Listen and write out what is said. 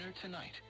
tonight